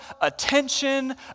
attention